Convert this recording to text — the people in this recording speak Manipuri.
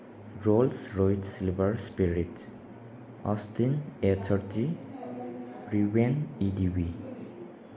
rules Royce Silver Spirit Austin A thirty ꯔꯤꯋꯦꯟ ꯏ ꯗꯤ ꯕꯤ